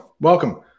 Welcome